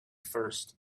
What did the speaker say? first